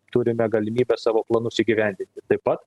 turime galimybę savo planus įgyvendinti taip pat